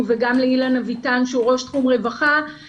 וגם לאילן אביטן שהוא ראש תחום רווחה.